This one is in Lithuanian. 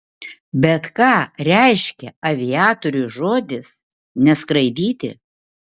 bet ką reiškia aviatoriui žodis neskraidyti